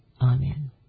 Amen